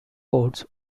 courts